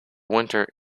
winter